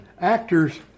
actors